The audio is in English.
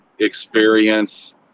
experience